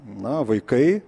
na vaikai